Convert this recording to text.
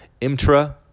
IMTRA